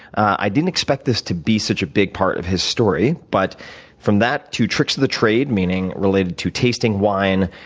i didn't expect this to be such a big part of his story, but from that to tricks of the trade meaning related to tasting wine,